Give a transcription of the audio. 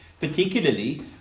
Particularly